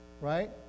Right